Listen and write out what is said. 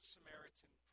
Samaritan